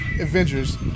Avengers